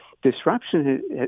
disruption